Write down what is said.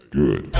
good